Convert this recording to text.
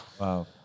Wow